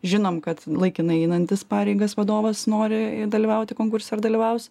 žinom kad laikinai einantis pareigas vadovas nori dalyvauti konkurse ir dalyvaus